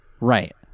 Right